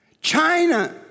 China